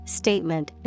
statement